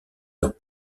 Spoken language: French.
leurs